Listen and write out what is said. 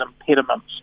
impediments